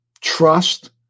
trust